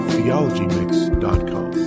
TheologyMix.com